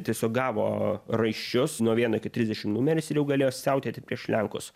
tiesiog gavo raiščius nuo vieno iki trisdešim numeris ir jau galėjo siautėti prieš lenkus